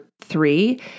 three